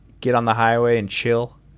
get-on-the-highway-and-chill